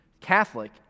Catholic